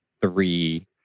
three